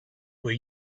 were